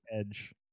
edge